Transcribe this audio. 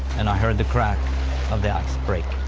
and i heard the crack of the ice breaking.